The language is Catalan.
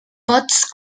pots